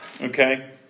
Okay